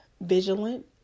vigilant